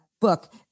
book